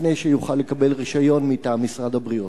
לפני שיוכל לקבל רשיון מטעם משרד הבריאות.